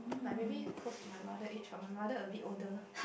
like maybe close to my mother age but my mother a bit older